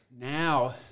now